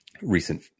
recent